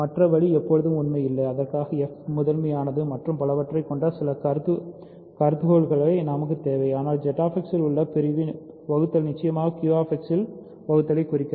மற்ற வழி எப்போதும் உண்மை இல்லை அதற்காக f முதன்மையானது மற்றும் பலவற்றைக் கொண்ட சில கருதுகோள்கள் நமக்குத் தேவை ஆனால் ZX இல் உள்ள பிரிவு நிச்சயமாக Q X இல் பிரிவைக் குறிக்கிறது